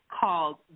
called